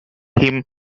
him